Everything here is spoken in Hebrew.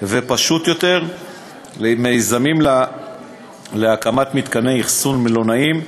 ופשוט יותר למיזמים להקמת מתקני אכסון מלונאיים.